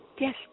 Yes